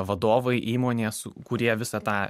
vadovai įmonės kurie visą tą